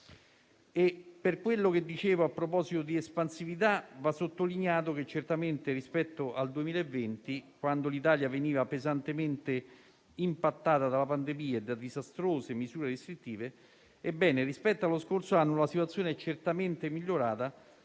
a quanto dicevo a proposito dell'espansività, va sottolineato che rispetto al 2020, quando l'Italia veniva pesantemente impattata dalla pandemia e da disastrose misure restrittive, la situazione è certamente migliorata,